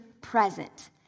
present